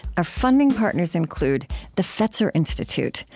our funding partners include the fetzer institute,